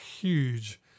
huge